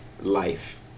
life